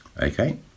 okay